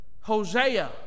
Hosea